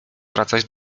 wracać